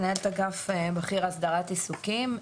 מנהלת אגף בכיר הסדרת עיסוקים,